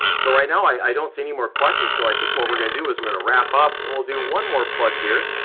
so right now, i don't see any more questions, so i think what we're going to do is we're going to wrap up, and we'll do one more plug here.